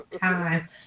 time